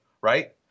Right